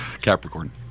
Capricorn